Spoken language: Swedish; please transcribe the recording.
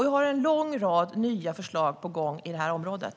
Vi har en lång rad nya förslag på gång på det här området.